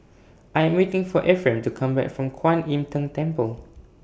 I Am waiting For Efrem to Come Back from Kuan Im Tng Temple